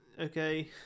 okay